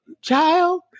Child